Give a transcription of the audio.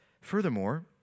Furthermore